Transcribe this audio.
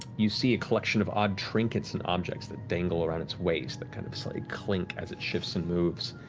you see a collection of odd trinkets and objects that dangle around its waist that kind of so like clink as it shifts and moves,